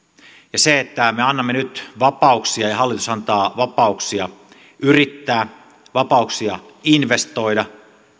ja se että me annamme nyt vapauksia ja ja hallitus antaa vapauksia yrittää vapauksia investoida